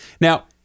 Now